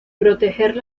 proteger